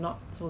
yeah